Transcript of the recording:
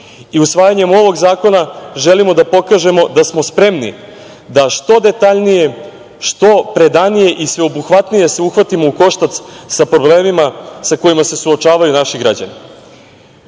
Usvajanjem ovog zakona želimo da pokažemo da smo spremni da što detaljnije, da što predanije i sveobuhvatnije se uhvatimo u koštac sa problemima sa kojima se suočavaju naši građani. Kada